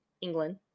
England